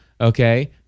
okay